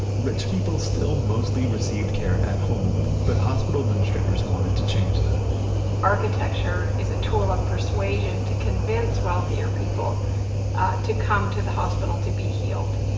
rich people still mostly received care at home but hospital administrators wanted to change that architecture is a tool of persuasion to convince wealthier people to come to the hospital to be healed.